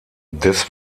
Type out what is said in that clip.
des